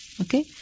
Okay